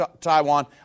Taiwan